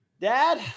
Dad